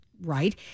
right